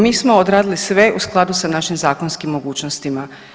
Mi smo odradili sve u skladu sa našim zakonskim mogućnostima.